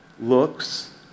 looks